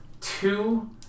two